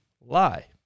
lie